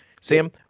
Sam